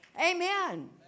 amen